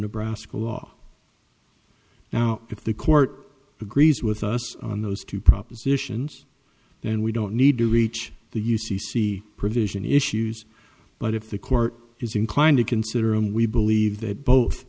nebraska law now if the court agrees with us on those two propositions then we don't need to reach the u c c provision issues but if the court is inclined to consider and we believe that both